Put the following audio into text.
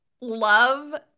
love